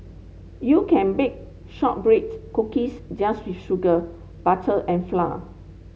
you can bake shortbreads cookies just with sugar butter and flour